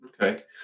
Okay